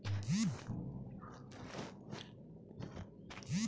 कर की चोरी से देश की आर्थिक व्यवस्था डगमगा सकती है